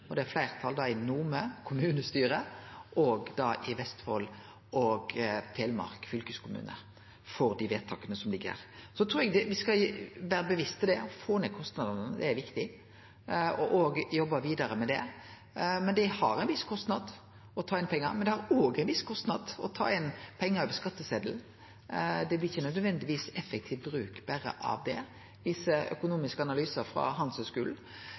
og det er fleirtal i Nome kommunestyre og i Vestfold og Telemark fylkeskommune for dei vedtaka som ligg her. Så trur eg me skal vere bevisste det å få ned kostnadene, det er viktig, og å jobbe vidare med det. Det har ein viss kostnad å ta inn pengar, men det har òg ein viss kostnad å ta inn pengar over skattesetelen. Det blir ikkje nødvendigvis effektiv bruk berre av det, det viser økonomiske analysar frå